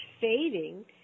fading